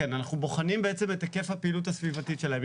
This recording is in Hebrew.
כן אנחנו בוחנים בעצם את היקף הפעילות הסביבתית שלהם,